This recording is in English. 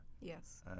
Yes